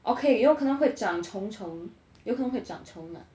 okay 要看那个讲虫虫有可能会长虫 ah